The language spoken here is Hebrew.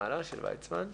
(הקרנת סרטון)